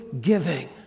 giving